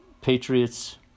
patriots